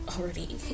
already